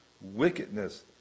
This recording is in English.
wickedness